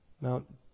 Mount